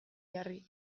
jarri